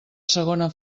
segona